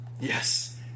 Yes